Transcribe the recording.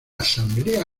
asamblea